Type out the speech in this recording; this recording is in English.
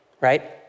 right